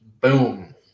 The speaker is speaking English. boom